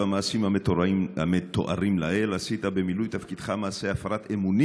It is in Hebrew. במעשים המתוארים לעיל עשית במילוי תפקידך מעשי הפרת אמונים